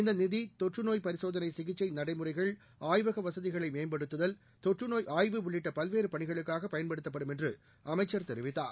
இந்த நிதி தொற்றுநோய் பரிசோதனை சிகிச்சை நடைமுறைகள் ஆய்வக வசதிகளை மேம்படுத்துதல் தொற்றுநோய் ஆய்வு உள்ளிட்ட பல்வேறு பணிகளுக்காக பயன்படுத்தப்படும் என்று அமைச்சர் தெரிவித்தார்